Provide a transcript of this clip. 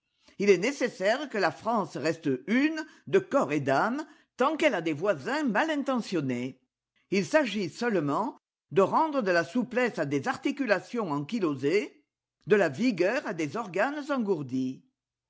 il est nécessaire que la france reste une de corps et d'âme tant quelle a des voisins malintentionnés il s'agit seulement de rendre de la souplesse à des articulations ankylosées de la vigueur à des organes engourdis